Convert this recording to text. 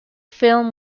film